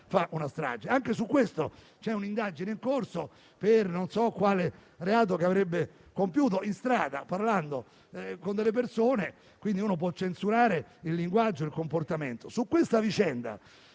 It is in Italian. fare una strage. Anche su questo c'è un'indagine in corso per non so quale reato avrebbe compiuto in strada, parlando con delle persone. Quindi si possono censurare il linguaggio e il comportamento. Sulla vicenda